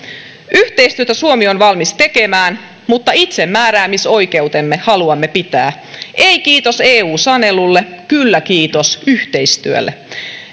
yhteistyötä suomi on valmis tekemään mutta itsemääräämisoikeutemme haluamme pitää ei kiitos eu sanelulle kyllä kiitos yhteistyölle